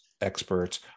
experts